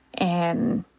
and